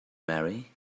marry